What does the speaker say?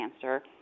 cancer